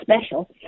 special